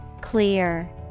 Clear